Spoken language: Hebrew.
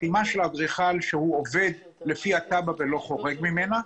חתימה של אדריכל שהוא עובד לפי התב"ע ולא חורג ממנה,